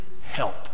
help